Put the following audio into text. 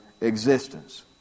existence